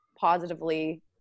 positively